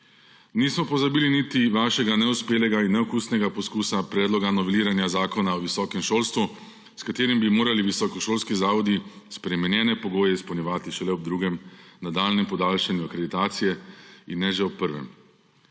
Nismo pozabili niti vašega neuspelega in neokusnega poskusa predloga noveliranja Zakona o visokem šolstvu, s katerim bi morali visokošolski zavodi spremenjene pogoje izpolnjevati šele ob drugem nadaljnjem podaljšanju akreditacije in ne že ob prvem.